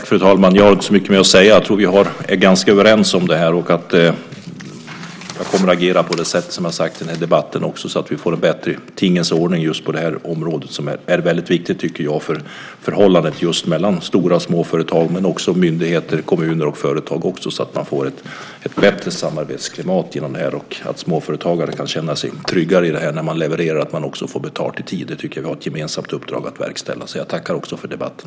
Fru talman! Jag har inte så mycket mer att säga. Jag tror att vi är ganska överens om det här. Jag kommer också att agera på det sätt som jag har sagt i den här debatten, så att vi får en bättre tingens ordning just på det här området. Det är väldigt viktigt för förhållandet mellan stora och små företag men också myndigheter, kommuner och företag, så att man får ett bättre samarbetsklimat och att småföretagaren kan känna sig tryggare när han levererar och får betalt i tid. Vi har ett gemensamt uppdrag att verkställa det. Jag tackar också för debatten.